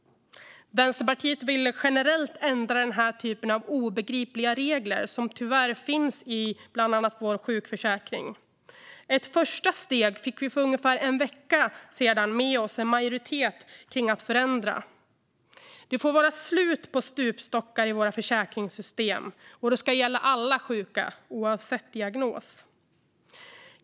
Vänsterpartiet vill generellt ändra den här typen av obegripliga regler som tyvärr finns i bland annat vår sjukförsäkring. I ett första steg fick vi för ungefär en vecka sedan med oss en majoritet för att förändra. Det får vara slut på stupstockar i våra försäkringssystem, och det ska gälla alla sjuka, oavsett diagnos.